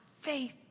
faith